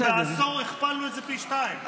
בעשור הכפלנו את זה פי שניים.